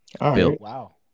Wow